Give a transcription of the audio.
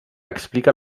explica